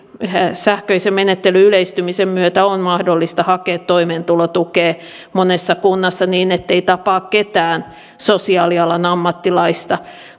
sähköisen menettelyn yleistymisen myötä on mahdollista hakea toimeentulotukea monessa kunnassa niin ettei tapaa ketään sosiaalialan ammattilaista